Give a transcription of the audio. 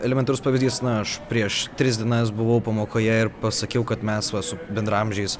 elementarus pavyzdys na aš prieš tris dienas buvau pamokoje ir pasakiau kad mes va su bendraamžiais